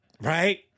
Right